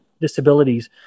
disabilities